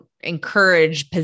encourage